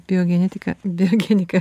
biogenetika biogenika